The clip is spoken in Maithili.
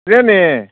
ट्रेने